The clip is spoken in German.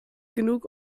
genug